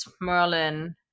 Merlin